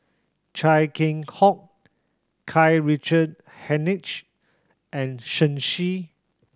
Chia Keng Hock Karl Richard Hanitsch and Shen Xi